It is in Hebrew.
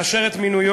לאשר את מינויו,